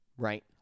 Right